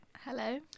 Hello